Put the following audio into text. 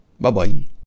Bye-bye